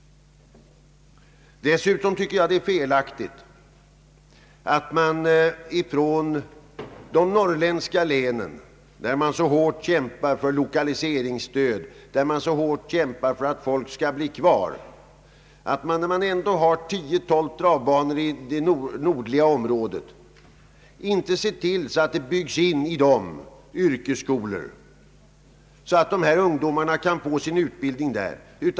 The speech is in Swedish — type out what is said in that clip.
Dessutom tycker jag att det är felaktigt att man i de norrländska länen, där man så hårt kämpar för lokaliseringsstöd och för att folk skall stanna kvar och där det ändå finns 10—12 travbanor, inte ser till att det i dessa travbanor byggs in yrkesskolor så att ungdomar kan få sin utbildning där.